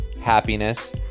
happiness